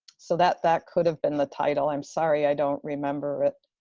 so that that could have been the title. i'm sorry. i don't remember it.